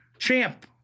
Champ